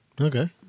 Okay